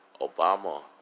Obama